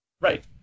right